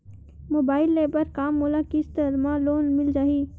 Mobile ले बर का मोला किस्त मा लोन मिल जाही?